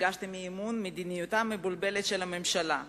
הגשתם הצעת אי-אמון על מדיניותה המבולבלת של הממשלה,